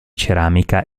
ceramica